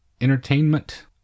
entertainment